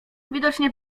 widocznie